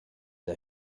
der